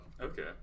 Okay